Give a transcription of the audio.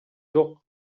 жок